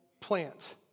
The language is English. plant